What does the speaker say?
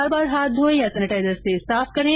बार बार हाथ धोयें या सेनेटाइजर से साफ करें